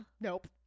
Nope